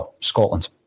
Scotland